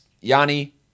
Yanni